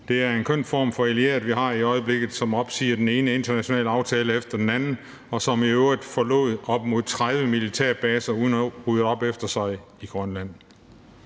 Det er en køn form for allieret, vi har i øjeblikket, som opsiger den ene internationale aftale efter den anden, og som i øvrigt forlod op imod 30 militærbaser på Grønland uden at rydde op efter sig.